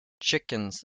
chickens